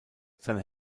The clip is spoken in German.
seine